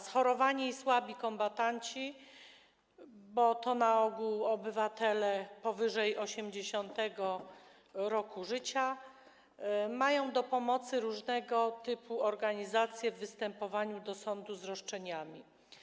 Schorowani i słabi kombatanci, bo to na ogół obywatele powyżej 80. roku życia, mają do pomocy różnego typu organizacje w występowaniu do sądu z roszczeniami.